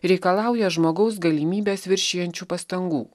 reikalauja žmogaus galimybes viršijančių pastangų